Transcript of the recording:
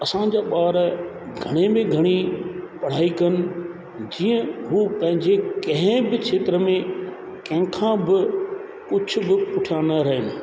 असांजा ॿार घणे में घणी पढ़ाई कनि जीअं हू पंहिंजे कंहिं बि क्षेत्र में कंहिं खां बि कुझु बि पुठिया न रहनि